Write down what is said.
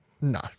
No